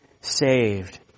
saved